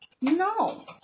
no